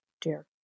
dear